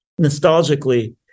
nostalgically